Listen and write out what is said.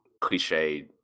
cliche